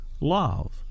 love